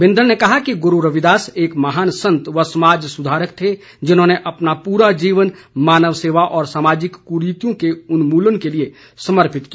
बिंदल ने कहा कि गुरू रविदास एक महान संत व समाज सुधारक थे जिन्होंने अपना पूरा जीवन मानव सेवा और सामाजिक क्रीतियों के उन्मूलन के लिए समर्पित किया